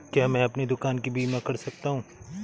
क्या मैं अपनी दुकान का बीमा कर सकता हूँ?